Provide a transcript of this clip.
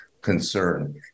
concern